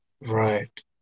Right